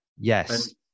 Yes